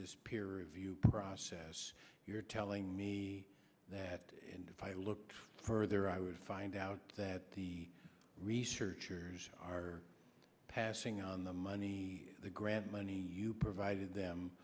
period view process you're telling me that and if i look further i would find out that the researchers are passing on the money the grant money you provided them